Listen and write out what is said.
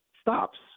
stops